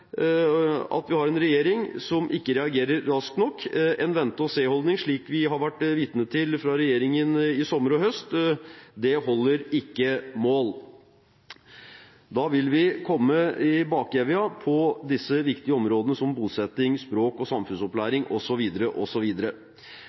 at vi har en regjering som ikke reagerer raskt nok. En vente-og-se-holdning, som vi har vært vitne til fra regjeringen i sommer og høst, holder ikke mål. Da vil vi komme i bakevja på viktige områder som bosetting, språk- og samfunnsopplæring